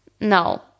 No